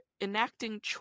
enacting